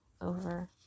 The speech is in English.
over